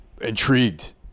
intrigued